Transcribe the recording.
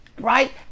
right